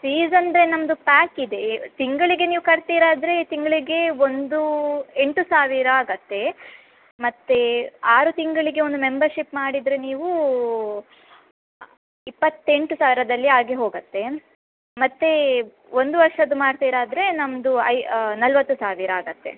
season day ನಮ್ಮದು ಪ್ಯಾಕಿದೆ ತಿಂಗಳಿಗೆ ನೀವು ಕಟ್ತೀರಾದರೆ ತಿಂಗಳಿಗೆ ಒಂದು ಎಂಟು ಸಾವಿರ ಆಗುತ್ತೆ ಮತ್ತೆ ಆರು ತಿಂಗಳಿಗೆ ಒಂದು ಮೆಂಬರ್ಶಿಪ್ ಮಾಡಿದರೆ ನೀವು ಇಪ್ಪತ್ತೆಂಟು ಸಾವಿರದಲ್ಲಿ ಆಗಿ ಹೋಗುತ್ತೆ ಮತ್ತು ಒಂದು ವರ್ಷದ ಮಾಡ್ತೀರಾದ್ರೆ ನಮ್ಮದು ಐ ನಲ್ವತ್ತು ಸಾವಿರ ಆಗುತ್ತೆ